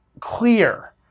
clear